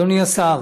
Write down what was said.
אדוני השר,